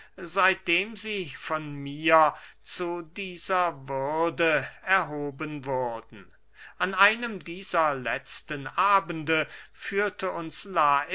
seitdem sie von mir zu dieser würde erhoben wurden an einem dieser letzten abende führte uns lais